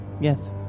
Yes